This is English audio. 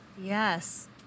Yes